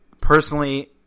Personally –